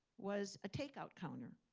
was a takeout counter.